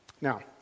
Now